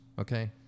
Okay